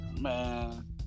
Man